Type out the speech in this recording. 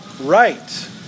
right